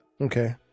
Okay